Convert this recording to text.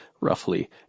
roughly